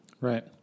Right